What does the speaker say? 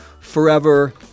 forever